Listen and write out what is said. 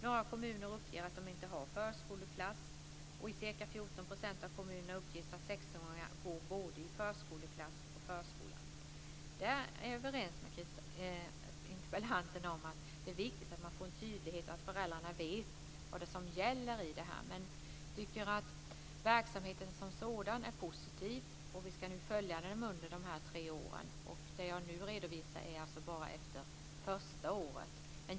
Några kommuner uppger att de inte har förskoleklass, och i ca 14 % av kommunerna uppges att sexåringar går både i förskoleklass och förskola. Där är jag överens med interpellanten om att det är viktigt att man får en tydlighet så att föräldrarna vet vad som gäller. Men jag tycker att verksamheten som sådan är positiv, och vi ska nu följa den under de här tre åren. Det jag nu redovisar gäller alltså bara efter det första året.